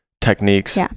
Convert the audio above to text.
techniques